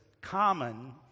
common